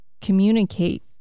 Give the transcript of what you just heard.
communicate